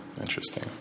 interesting